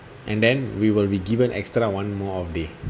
and then we will be given extra one more off day